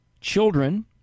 children